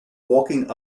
walking